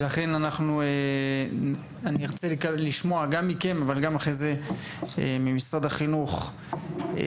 לכן אנחנו נרצה לשמוע גם מכם אבל גם ממשרד החינוך מה